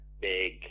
big